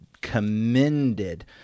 commended